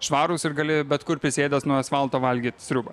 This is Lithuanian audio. švarūs ir gali bet kur prisėdęs nuo asfalto valgyt sriubą